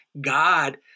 God